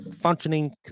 functioning